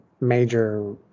major